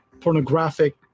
pornographic